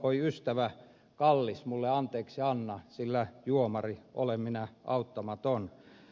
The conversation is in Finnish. oi ystävä kallis mulle anteeksi anna sillä juomari olen minä auttamaton